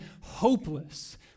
hopeless